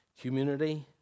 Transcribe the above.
Community